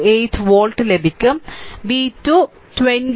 428 volt ലഭിക്കും v2 20